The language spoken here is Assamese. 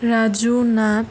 ৰাজু নাথ